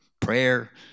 prayer